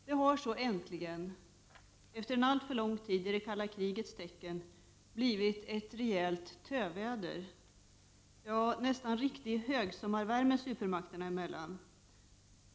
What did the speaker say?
Det har så äntligen efter alltför lång tid i det kalla krigets tecken blivit ett rejält töväder — ja, nästan riktig högsommarvärme — supermakterna emellan.